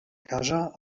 casa